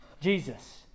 Jesus